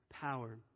power